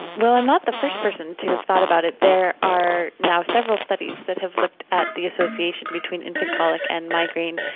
well, i'm not the first person to have thought about it. there are now several studies that have looked at the association between infant colic and migraine.